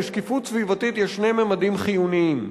לשקיפות סביבתית יש שני ממדים חיוניים: